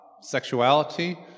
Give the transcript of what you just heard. sexuality